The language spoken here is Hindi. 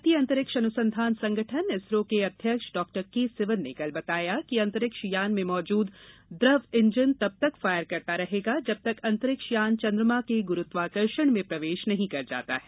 भारतीय अंतरिक्ष अनुसंधान संगठन इसरो के अध्याक्ष डॉ के सिवन ने कल बताया है कि अंतरिक्ष यान में मौजूद द्रव इंजन तब तक फायर करता रहेगा जब तक अंतरिक्ष यान चंद्रमा के गुरूत्वाकर्षण में प्रवेश नहीं कर जाता है